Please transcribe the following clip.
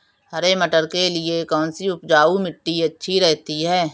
हरे मटर के लिए कौन सी उपजाऊ मिट्टी अच्छी रहती है?